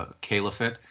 caliphate